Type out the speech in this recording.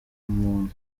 umuntu